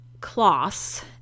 class